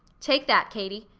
take that, katie.